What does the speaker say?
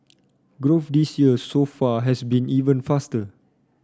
growth this year so far has been even faster